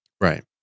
Right